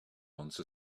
once